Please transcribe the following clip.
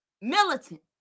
militant